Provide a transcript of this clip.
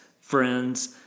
friends